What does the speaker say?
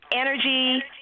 energy